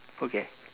okay